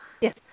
Yes